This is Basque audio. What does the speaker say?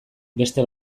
beste